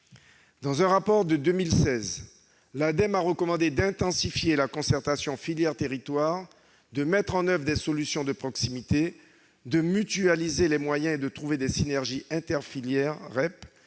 Dans un rapport de 2016, l'Ademe recommandait d'intensifier la concertation filières-territoires, de mettre en oeuvre des solutions de proximité, de mutualiser les moyens et de trouver des synergies inter-filières REP